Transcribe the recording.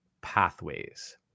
pathways